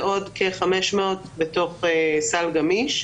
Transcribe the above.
ועוד כ-500 בתוך סל גמיש.